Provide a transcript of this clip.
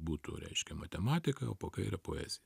būtų reiškia matematika o po kaire poezija